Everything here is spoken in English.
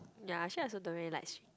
ya actually I also don't really like